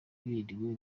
biriwe